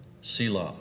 Selah